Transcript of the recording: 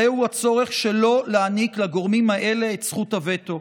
הרי הוא הצורך שלא להעניק לגורמים האלה את זכות הווטו.